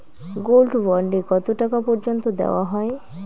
Gold bond এ কতো টাকা পর্যন্ত দেওয়া হয়?